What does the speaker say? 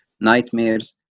nightmares